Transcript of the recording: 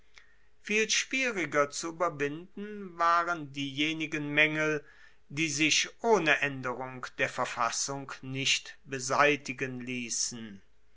viel schwieriger zu ueberwinden waren diejenigen maengel die sich ohne aenderung der verfassung nicht beseitigen liessen